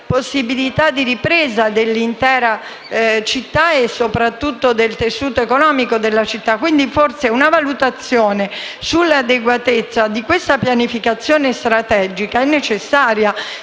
possibilità di ripresa dell'intera città e, soprattutto, del suo tessuto economico. Quindi una valutazione sull'adeguatezza di questa pianificazione strategica è forse necessaria,